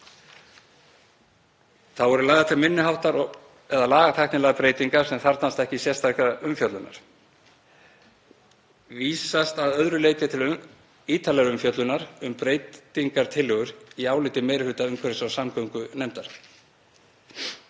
Þá eru lagðar til minniháttar eða lagatæknilegar breytingar sem þarfnast ekki sérstakrar umfjöllunar. Vísast að öðru leyti til ítarlegrar umfjöllunar um breytingartillögur í áliti meiri hluta umhverfis- og samgöngunefndar.